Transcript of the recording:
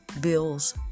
Bills